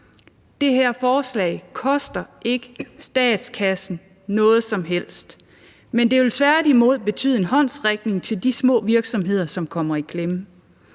Det her forslag koster ikke statskassen noget som helst. Men det vil tværtimod betyde en håndsrækning til de små virksomheder, som kommer i klemme.